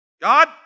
God